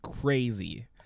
crazy